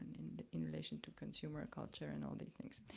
in in relation to consumer culture and all these things.